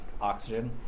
oxygen